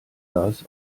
gas